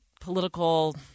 political